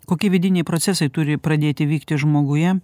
kokie vidiniai procesai turi pradėti vykti žmoguje